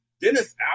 Dennis